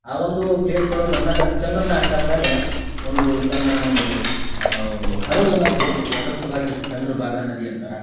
ಆ ಒಂದು ಪ್ಲೇಸ್ ಒಳಗೆ ಬಂದಾಗ ಅದು ಚಂದ್ರನ ಆಕರದಾಗ ಒಂದು ತನ್ನ ಒಂದು ಹರುವನ್ನ ತಗೋತೈತಿ ಅದ್ರ ಸಲುವಾಗಿ ಅದಕ್ಕೆ ಚಂದ್ರ ಭಾಗ ನದಿ ಅಂತರ